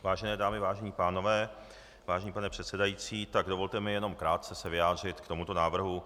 Vážené dámy, vážení pánové, vážený pane předsedající, dovolte mi jen krátce se vyjádřit k tomuto návrhu.